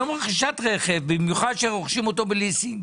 היום רכישת רכב במיוחד שרוכשים אותו בליסינג,